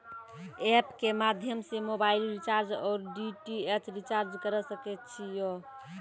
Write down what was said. App के माध्यम से मोबाइल रिचार्ज ओर डी.टी.एच रिचार्ज करऽ सके छी यो?